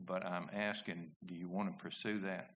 but i'm asking do you want to pursue that